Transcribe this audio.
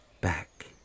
back